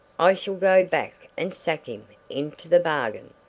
i shall go back and sack him into the bargain!